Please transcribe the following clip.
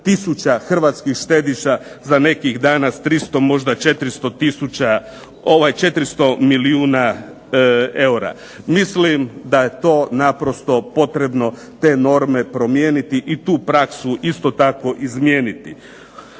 hrvatskih štediša za nekih danas 300 možda 400000, 400 milijuna eura. Mislim da je to naprosto potrebno te norme promijeniti i tu praksu isto tako izmijeniti.